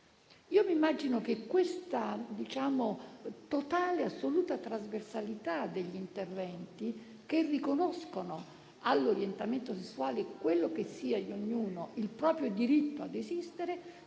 Immagino che questa totale e assoluta trasversalità degli interventi, che riconoscono all'orientamento sessuale di ognuno, qualunque esso sia, il proprio diritto a esistere,